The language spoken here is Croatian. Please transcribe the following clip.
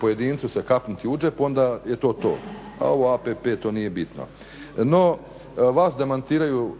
pojedincu se kapnuti u džep onda je to a ovo APP to nije bitno. No vas demantiraju